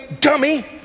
dummy